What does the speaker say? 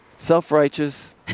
Self-righteous